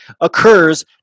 occurs